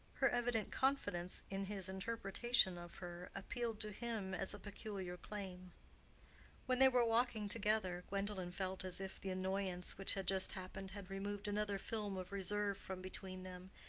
her evident confidence in his interpretation of her appealed to him as a peculiar claim when they were walking together, gwendolen felt as if the annoyance which had just happened had removed another film of reserve from between them,